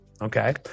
Okay